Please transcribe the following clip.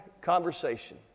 conversation